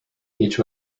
each